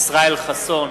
ישראל חסון,